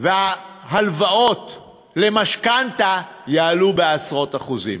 וההלוואות למשכנתה יעלו בעשרות אחוזים.